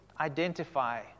identify